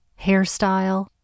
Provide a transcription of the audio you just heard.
hairstyle